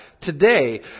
today